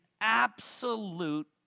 absolute